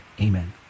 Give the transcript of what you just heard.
Amen